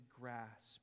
grasp